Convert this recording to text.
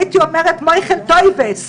הייתי אומרת "מויחל טויבס",